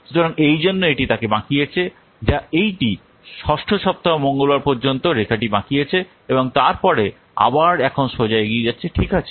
সুতরাং এইজন্য এটি তাকে বাঁকিয়েছে যা এইটি ষষ্ঠ সপ্তাহ মঙ্গলবার পর্যন্ত রেখাটি বাঁকিয়েছে এবং তারপরে আবার এখন সোজা এগিয়ে যাচ্ছে ঠিক আছে